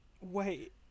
Wait